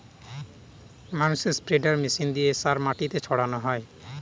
ম্যানুরে spreader machine দিয়ে সার মাটিতে ছড়ানো হয়